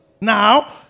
Now